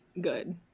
good